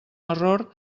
error